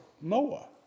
Noah